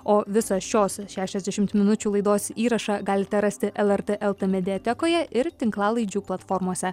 o visą šios šešiasdešimt minučių laidos įrašą galite rasti lrt lt mediatekoje ir tinklalaidžių platformose